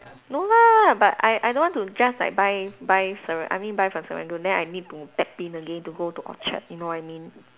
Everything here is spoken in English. no lah but I I don't want to just like buy buy Serang~ I mean buy from Serangoon then I need to tap in again to go to Orchard you know what I mean